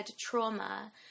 trauma